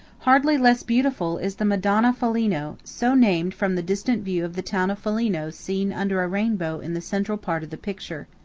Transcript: hardly less beautiful is the madonna foligno, so named from the distant view of the town of foligno seen under a rainbow in the central part of the picture.